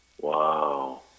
wow